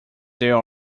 there